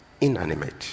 inanimate